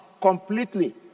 completely